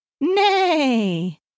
Nay